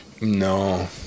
No